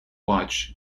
watch